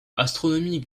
astronomique